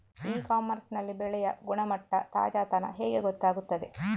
E commerce ನಲ್ಲಿ ಬೆಳೆಯ ಗುಣಮಟ್ಟ, ತಾಜಾತನ ಹೇಗೆ ಗೊತ್ತಾಗುತ್ತದೆ?